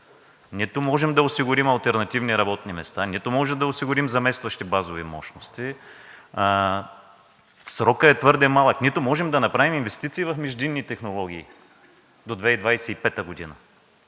Нито можем да осигурим алтернативни работни места, нито можем да осигурим заместващи базови мощности – срокът е твърде малък, нито можем да направим инвестиции в междинни технологии до 2025 г.